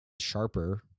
sharper